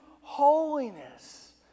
holiness